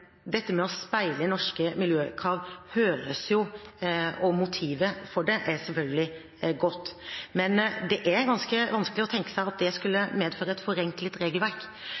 Dette med å speile norske miljøkrav og motivet for det er selvfølgelig godt, men det er ganske vanskelig å tenke seg at det skulle medføre et forenklet regelverk.